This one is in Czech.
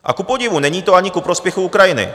A kupodivu není to ani ku prospěchu Ukrajiny.